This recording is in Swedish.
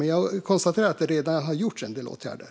Men jag konstaterar att det redan har vidtagits en del åtgärder.